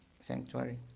sanctuary